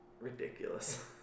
ridiculous